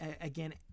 again